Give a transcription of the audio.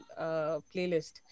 playlist